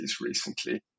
recently